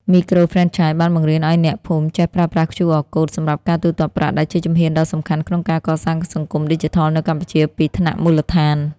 មីក្រូហ្វ្រេនឆាយបានបង្រៀនឱ្យអ្នកភូមិចេះប្រើប្រាស់ QR Code សម្រាប់ការទូទាត់ប្រាក់ ដែលជាជំហានដ៏សំខាន់ក្នុងការកសាងសង្គមឌីជីថលនៅកម្ពុជាពីថ្នាក់មូលដ្ឋាន។